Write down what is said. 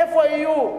איפה יהיו?